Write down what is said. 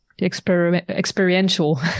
experiential